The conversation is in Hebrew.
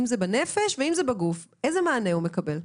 בגוף או בנפש איזה מענה הוא מקבל?